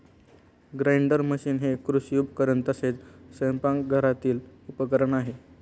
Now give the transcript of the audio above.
grinder machine हे कृषी उपकरण तसेच स्वयंपाकघरातील उपकरण आहे